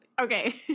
okay